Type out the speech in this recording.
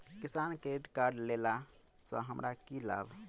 किसान credit card लेला सऽ हमरा की लाभ?